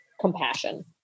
compassion